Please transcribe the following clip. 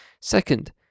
Second